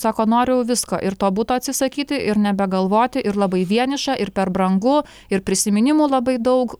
sako noriu visko ir to buto atsisakyti ir nebegalvoti ir labai vieniša ir per brangu ir prisiminimų labai daug